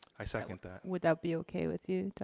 i second that. would that be okay with you,